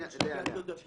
אני יושב ליד מר גליק.